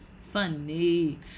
funny